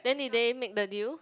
then did they make the deal